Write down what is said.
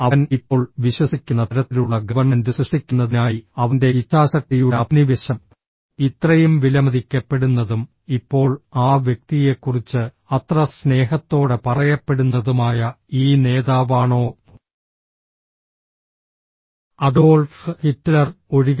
അവൻ ഇപ്പോൾ വിശ്വസിക്കുന്ന തരത്തിലുള്ള ഗവൺമെന്റ് സൃഷ്ടിക്കുന്നതിനായി അവന്റെ ഇച്ഛാശക്തിയുടെ അഭിനിവേശം ഇത്രയും വിലമതിക്കപ്പെടുന്നതും ഇപ്പോൾ ആ വ്യക്തിയെക്കുറിച്ച് അത്ര സ്നേഹത്തോടെ പറയപ്പെടുന്നതുമായ ഈ നേതാവാണോ അഡോൾഫ് ഹിറ്റ്ലർ ഒഴികെ